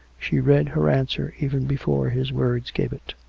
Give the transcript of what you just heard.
she read her answer even before his words gave it.